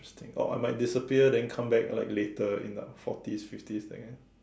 between or I might disappear and then come back later like in the forties fifties that kind